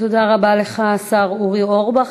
תודה רבה לך, השר אורי אורבך.